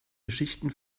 geschichten